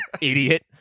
Idiot